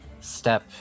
step